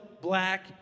Black